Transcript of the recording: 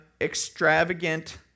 extravagant